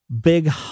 big